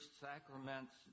sacraments